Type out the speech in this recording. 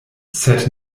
sed